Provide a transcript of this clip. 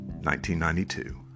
1992